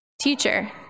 Teacher